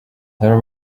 there